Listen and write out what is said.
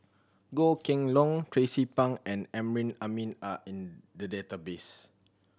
Goh Kheng Long Tracie Pang and Amrin Amin are in the database